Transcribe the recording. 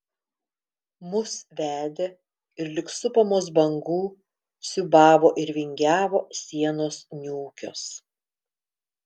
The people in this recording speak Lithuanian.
mus vedė ir lyg supamos bangų siūbavo ir vingiavo sienos niūkios